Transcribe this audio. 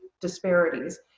disparities